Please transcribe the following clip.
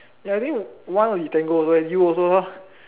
ya I think one will be Tango and you also lor